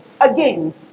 again